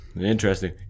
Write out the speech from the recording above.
Interesting